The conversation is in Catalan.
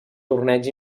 torneigs